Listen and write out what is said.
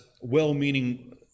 well-meaning